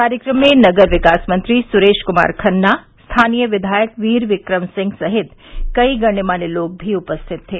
कार्यक्रम में नगर विकास मंत्री सुरेश कुमार खन्ना स्थानीय विधायक वीर विक्रम सिंह सहित कई गण्यमान्य लोग भी उपस्थित थे